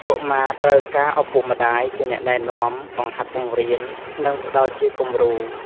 កុមារត្រូវការឪពុកម្ដាយជាអ្នកណែនាំ បង្ហាត់បង្រៀន និងផ្តល់ជាគំរូ។